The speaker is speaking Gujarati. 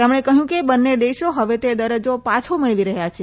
તેમણે કહ્યું કે બંને દેશો હવે તે દરજ્જો પાછો મેળવી રહ્યા છે